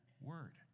word